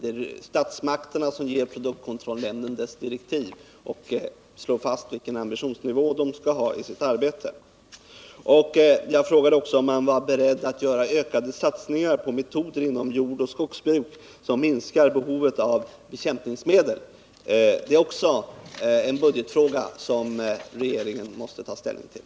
Det är statsmakterna som ger produktkontrollnämnden dess direktiv och slår fast vilken ambitionsnivå den skall ha i sitt arbete. Jag frågade också om man var beredd att göra ökade satsningar på metoder inom jordoch skogsbruk som minskar behovet av bekämpningsmedel. Det är också en budgetfråga som regeringen måste ta ställning till.